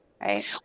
Right